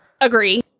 Agree